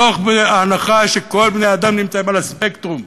מתוך הנחה שכל בני-האדם נמצאים על הספקטרום,